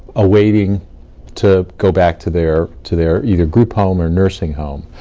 awaiting to go back to their to their either group home or nursing home.